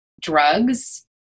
drugs